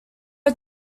are